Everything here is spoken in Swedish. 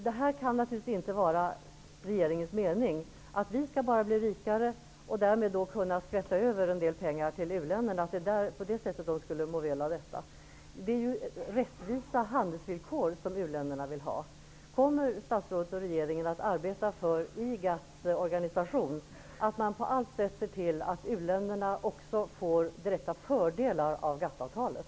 Det kan naturligtvis inte vara regeringens mening att vi bara skall bli rikare och att vi då skall kunna ''skvätta över'' en del pengar till uländerna. Det är väl inte på det sättet u-länderna skall må väl av avtalet? U-länderna vill ha rättvisa handelsvillkor. Kommer statsrådet och regeringen att arbeta för att man i GATT:s organisation på allt sätt ser till att u-länderna också får direkta fördelar av GATT-avtalet?